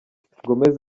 gomes